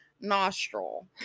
nostril